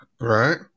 Right